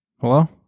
Hello